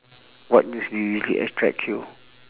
what news do you usually attract you